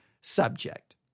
subject